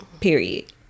period